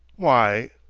why,